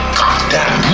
goddamn